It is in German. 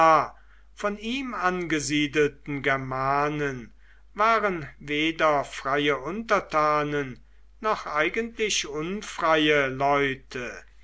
von ihm angesiedelten germanen waren weder freie untertanen noch eigentlich unfreie leute